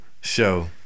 show